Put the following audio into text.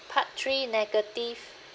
part three negative